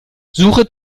suche